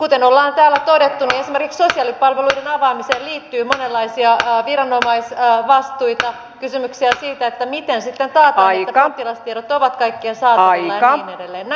kuten ollaan täällä todettu niin esimerkiksi sosiaalipalveluiden avaamiseen liittyy monenlaisia viranomaisvastuita kysymyksiä siitä miten sitten taataan että potilastiedot ovat kaikkien saatavilla ja niin edelleen